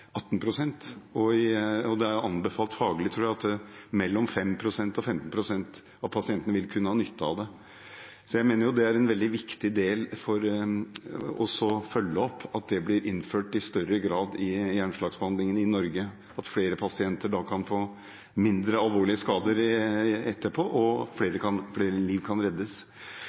Det er anbefalt faglig – tror jeg – at mellom 5 pst. og 15 pst. av pasientene vil kunne ha nytte av det. Jeg mener det er veldig viktig å følge opp at det blir innført i større grad i hjerneslagbehandlingen i Norge, at flere pasienter kan få mindre alvorlige skader etterpå, og at flere liv kan reddes.